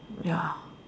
ya